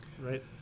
Right